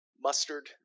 mustard